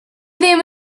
ddim